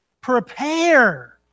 Prepare